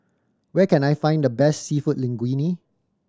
where can I find the best Seafood Linguine